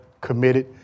committed